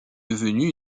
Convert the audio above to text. devenue